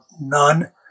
none